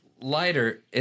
lighter